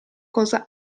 cosa